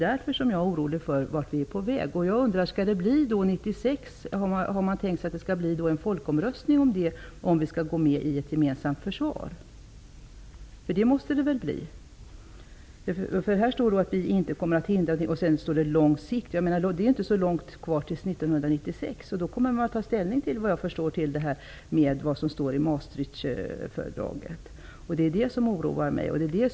Därför är jag orolig över vart vi är på väg. Har man tänkt sig att det skall bli folkomröstning 1996 om huruvida vi skall gå med i ett gemensamt försvar? Det måste det väl bli? Det är inte så långt kvar till 1996, då man kommer att ta ställning till det som står i Maastrichtfördraget. Det oroar mig.